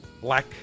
black